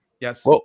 Yes